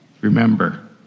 Remember